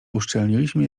uszczelniliśmy